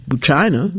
China